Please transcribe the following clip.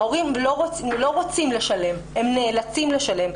ההורים לא רוצים לשלם, הם נאלצים לשלם.